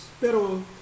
pero